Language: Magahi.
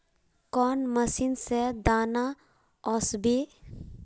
कौन मशीन से दाना ओसबे?